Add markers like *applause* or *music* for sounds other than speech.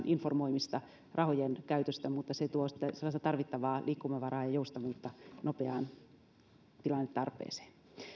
*unintelligible* informoimista rahojen käytöstä mutta se tuo tarvittavaa liikkumavaraa ja ja joustavuutta nopeaan tilannetarpeeseen